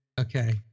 okay